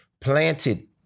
planted